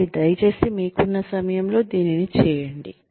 కాబట్టి దయచేసి మీకున్న సమయంలో దీనిని చేయండి